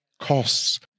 costs